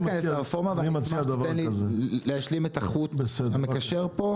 תן לי להשלים את החוט המקשר פה,